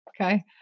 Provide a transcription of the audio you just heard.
Okay